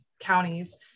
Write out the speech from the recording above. counties